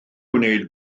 wneud